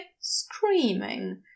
screaming